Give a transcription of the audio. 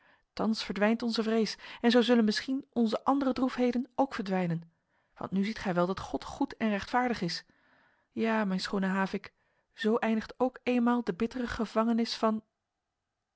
thans verdwijnt onze vrees en zo zullen misschien onze andere droefheden ook verdwijnen want nu ziet gij wel dat god goed en rechtvaardig is ja mijn schone havik zo eindigt ook eenmaal de bittere gevangenis van